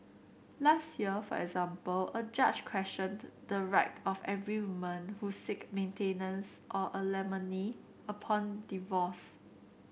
last year for example a judge questioned the right of every woman who seek maintenance or alimony upon divorce